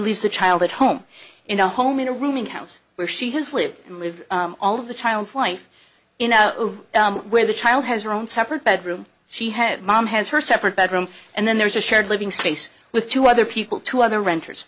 leaves the child at home in a home in a rooming house where she has lived and live all of the child's life in where the child has her own separate bedroom she has mom has her separate bedroom and then there's a shared living space with two other people two other renters